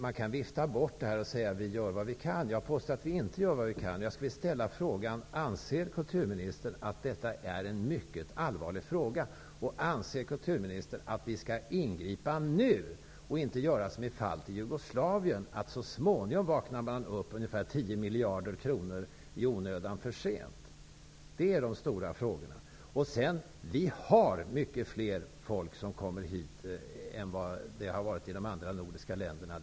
Man kan vifta bort det här och säga att vi gör vad vi kan. Jag påstår att vi inte gör vad vi kan. Jag skulle vilja fråga: Anser kulturministern att detta är en mycket allvarlig fråga? Anser kulturministern att vi skall ingripa nu, och inte göra som i fallet Jugoslavien, vakna upp så småningom, ungefär 10 miljarder kronor i onödan för sent? Det är de stora frågorna. Många fler människor kommer hit än till de andra nordiska länderna.